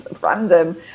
random